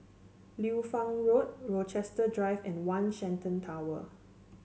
Liu Fang Road Rochester Drive and One Shenton Tower